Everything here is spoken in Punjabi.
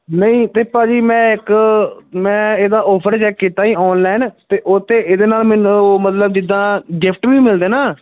ਨਹੀਂ ਅਤੇ ਭਾਅ ਜੀ ਮੈਂ ਇੱਕ ਮੈਂ ਇਹਦਾ ਔਫਰ ਚੈੱਕ ਕੀਤਾ ਸੀ ਔਨਲਾਈਨ ਅਤੇ ਉਹ 'ਤੇ ਇਹਦੇ ਨਾਲ ਮੈਨੂੰ ਉਹ ਮਤਲਬ ਜਿੱਦਾਂ ਗਿਫਟ ਵੀ ਮਿਲਦੇ ਨਾ